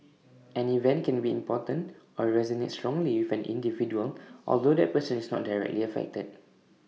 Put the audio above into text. an event can be important or resonate strongly with an individual although that person is not directly affected